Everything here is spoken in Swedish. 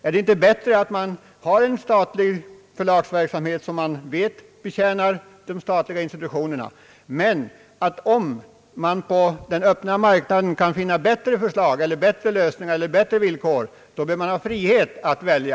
är det inte bättre att ha en statlig förlagsverksamhet som man vet betjänar de statliga institutionerna, men att man, om man på den öppna marknaden kan finna bättre förslag, bättre lösningar eller bättre villkor, har frihet att välja?